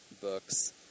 books